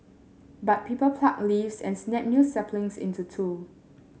but people pluck leaves and snap new saplings into two